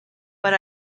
but